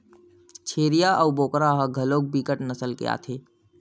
छेरीय अऊ बोकरा ह घलोक बिकट नसल के आथे